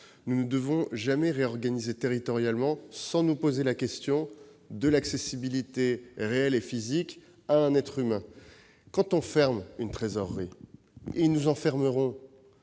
nous ne devons jamais réorganiser territorialement sans nous poser la question de l'accessibilité réelle et physique à un être humain. Quand il s'agit de fermer une trésorerie- et nous en fermerons